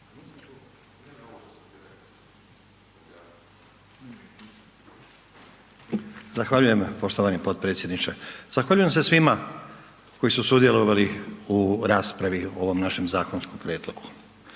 Zahvaljujem poštovani potpredsjedniče. Zahvaljujem se svima koji su sudjelovali u raspravi o ovom našem zakonskom prijedlogu,